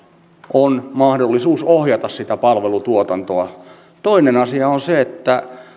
on mahdollisuus ohjata sitä palvelutuotantoa toinen asia on se että